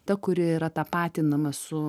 ta kuri yra tapatinama su